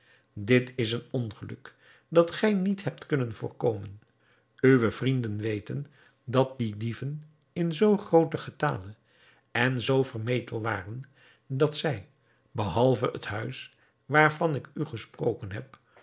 dit is een ongeluk dat gij niet hebt kunnen voorkomen uwe vrienden weten dat die dieven in zoo groote getale en zoo vermetel waren dat zij behalve het huis waarvan ik u gesproken heb